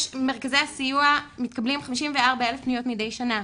במרכזי הסיוע מתקבלים 54,000 פניות מדי שנה,